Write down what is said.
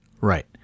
Right